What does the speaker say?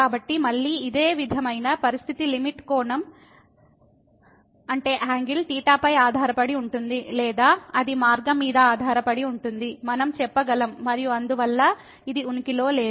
అయితే మళ్ళీ ఇదే విధమైన పరిస్థితి లిమిట్ కోణం పై ఆధారపడి ఉంటుంది లేదా అది మార్గం మీద ఆధారపడి ఉంటుంది మనం చెప్పగలం మరియు అందువల్ల ఇది ఉనికిలో లేదు